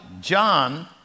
John